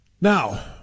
now